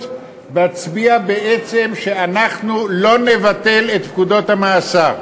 מצביע בעצם שאנחנו לא נבטל את פקודות המאסר,